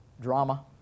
drama